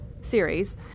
series